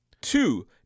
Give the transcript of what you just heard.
Two